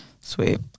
Sweet